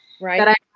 Right